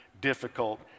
difficult